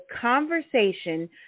conversation